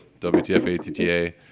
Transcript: WTFATTA